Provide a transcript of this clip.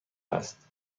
است